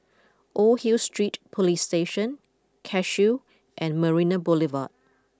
Old Hill Street Police Station Cashew and Marina Boulevard